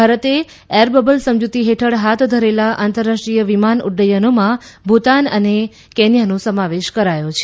ભારતે એરબબલ સમજુતી હેઠળ હાથ ધરાતા આંતરરાષ્ટ્રીય વિમાન ઉડ્ડયનોમાં ભૂતાન તથા કેન્યાનો સમાવેશ કરાયો છે